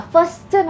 First